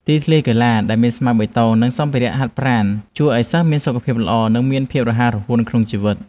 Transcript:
ទីធ្លាកីឡាដែលមានស្មៅបៃតងនិងសម្ភារៈហាត់ប្រាណ ជួយឱ្យសិស្សមានសុខភាពល្អនិងមានភាពរហ័សរហួនក្នុងជីវិត។